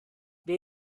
wer